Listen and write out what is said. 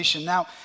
Now